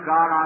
God